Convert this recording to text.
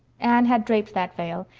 anne had draped that veil,